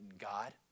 God